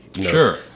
Sure